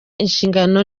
inshingano